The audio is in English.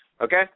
Okay